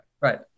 Right